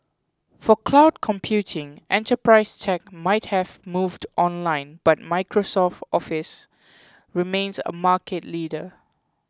for cloud computing enterprise tech might have moved online but Microsoft's Office remains a market leader